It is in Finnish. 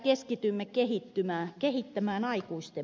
keskitymme kehittämään aikuisten maailmaa